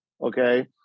okay